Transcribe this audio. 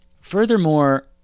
Furthermore